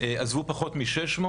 בשנת 2022 עזבו פחות מ-600.